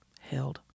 held